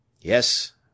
yes